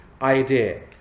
idea